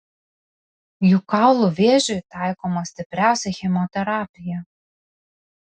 juk kaulų vėžiui taikoma stipriausia chemoterapija